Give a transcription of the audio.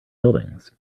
buildings